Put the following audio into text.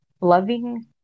loving